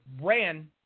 ran